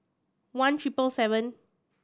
one triple seven